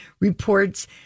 reports